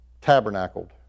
tabernacled